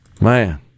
Man